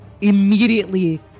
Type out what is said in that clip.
immediately